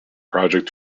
project